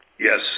Yes